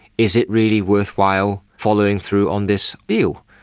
is it really worthwhile following through on this deal?